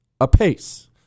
apace